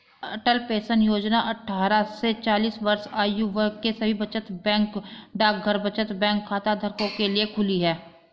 अटल pension Yojana अट्ठारह से चालीस वर्ष आयु वर्ग के सभी बचत बैंक डाकघर बचत बैंक खाताधारकों के लिए खुली है